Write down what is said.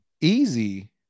easy